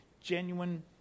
genuine